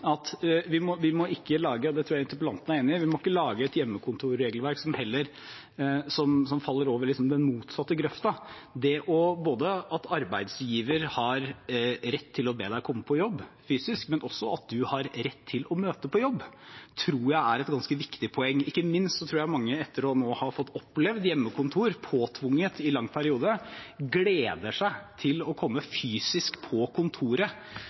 vi ikke må lage et hjemmekontorregelverk som faller over i den motsatte grøfta, og det tror jeg interpellanten er enig i. Det at arbeidsgiver har rett til å be deg komme på jobb fysisk, men også at du har rett til å møte på jobb, tror jeg er et ganske viktig poeng. Ikke minst tror jeg mange, etter nå å ha fått oppleve påtvunget hjemmekontor i en lang periode, gleder seg til å komme fysisk på kontoret,